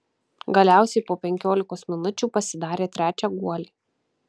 galiausiai po penkiolikos minučių pasidarė trečią guolį